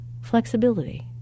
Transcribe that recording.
flexibility